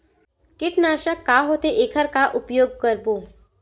कीटनाशक का होथे एखर का उपयोग करबो?